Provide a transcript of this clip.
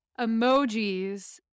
emojis